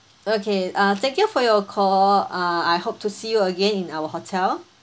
okay uh thank you for your call uh I hope to see you again in our hotel